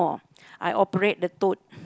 I operate the toad